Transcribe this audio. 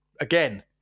again